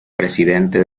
presidente